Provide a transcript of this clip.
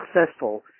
successful